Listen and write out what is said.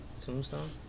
Tombstone